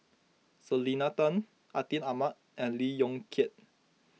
Selena Tan Atin Amat and Lee Yong Kiat